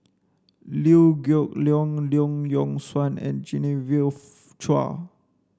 Liew Geok Leong Long Yock Suan and Genevieve Chua